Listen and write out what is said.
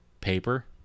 paper